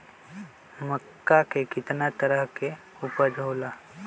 मक्का के कितना तरह के उपज हो ला?